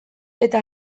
eta